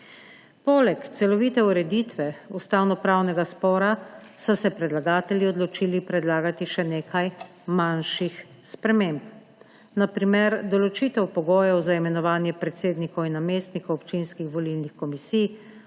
Poleg celovite ureditve ustavnopravnega spora so se predlagatelji odločili predlagati še nekaj manjših sprememb, na primer določitev pogojev za imenovanje predsednikov in namestnikov občinskih volilnih komisij,